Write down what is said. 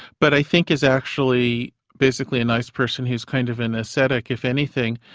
but i think he's actually basically a nice person who's kind of in a set-up if anything.